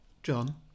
John